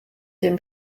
dem